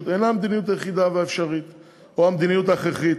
אינה המדיניות היחידה האפשרית או המדיניות ההכרחית.